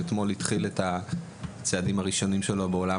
שאתמול התחיל את הצעדים הראשונים שלו בעולם